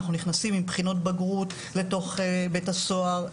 אנחנו נכנסים עם בחינות בגרות לתוך בתי הסוהר,